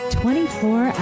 24